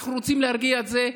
אנחנו רוצים להרגיע את זה,